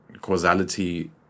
causality